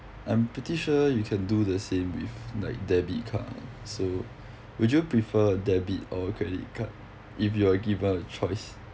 I'm pretty sure you can do the same with like debit card ah so would you prefer debit or credit card if you are given a choice